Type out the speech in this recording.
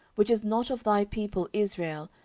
which is not of thy people israel,